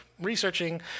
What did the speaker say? Researching